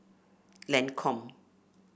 Lancome